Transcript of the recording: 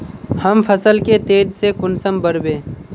हम फसल के तेज से कुंसम बढ़बे?